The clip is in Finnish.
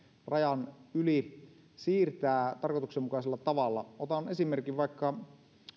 rajan yli siirtää tarkoituksenmukaisella tavalla otan esimerkin on vaikka